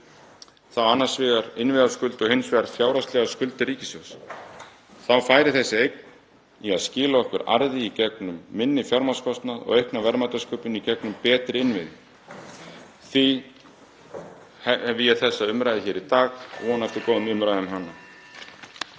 þá annars vegar innviðaskuldir og hins vegar fjárhagslegar skuldir ríkissjóðs? Þá færi þessi eign að skila okkur arði í gegnum minni fjármagnskostnað og aukna verðmætasköpun í gegnum betri innviði. Því hef þessa umræðu hér í dag og vonast eftir góðum umræðum um hana.